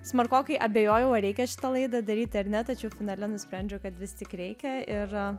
smarkokai abejojau ar reikia šitą laidą daryti ar ne tačiau finale nusprendžiau kad vis tik reikia ir